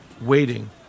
waiting